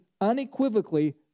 unequivocally